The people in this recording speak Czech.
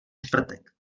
čtvrtek